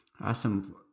Awesome